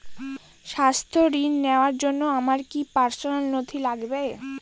স্বাস্থ্য ঋণ নেওয়ার জন্য আমার কি কি পার্সোনাল নথি লাগবে?